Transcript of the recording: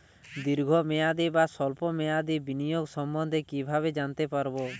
দীর্ঘ মেয়াদি বা স্বল্প মেয়াদি বিনিয়োগ সম্বন্ধে কীভাবে জানতে পারবো?